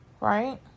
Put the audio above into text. Right